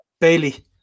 Bailey